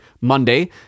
Monday